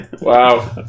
Wow